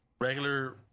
regular